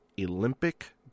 Olympic